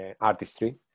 artistry